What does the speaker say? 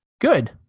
Good